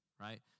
right